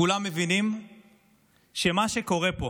כולם מבינים שמה שקורה פה